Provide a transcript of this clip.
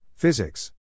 Physics